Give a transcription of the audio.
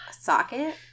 socket